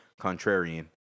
Contrarian